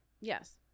Yes